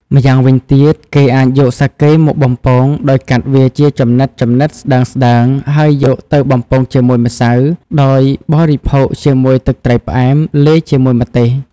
ម្យ៉ាងវិញទៀត គេអាចយកសាកេមកបំពង ដោយកាត់វាជាចំណិតៗស្ដើងៗ ហើយយកទៅបំពងជាមួយម្សៅ ដោយបរិភោគជាមួយទឹកត្រីផ្អែមលាយជាមួយម្ទេស។